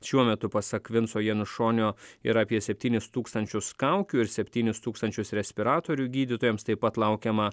šiuo metu pasak vinso janušonio yra apie septynis tūkstančius kaukių ir septynis tūkstančius respiratorių gydytojams taip pat laukiama